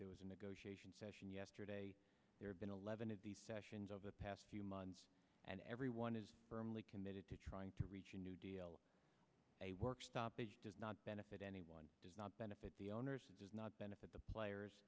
there was a negotiation session yesterday here been eleven of the sessions over the past few months and everyone is firmly committed to trying to reach a new deal a work stoppage does not benefit anyone does not benefit the owners does not benefit the players